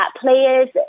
players